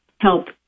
help